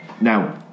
Now